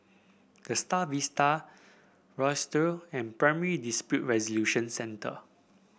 The Star Vista and Primary Dispute Resolution Centre